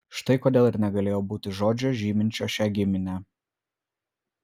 štai kodėl ir negalėjo būti žodžio žyminčio šią giminę